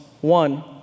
One